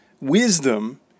wisdom